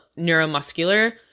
neuromuscular